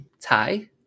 tie